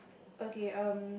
okay erm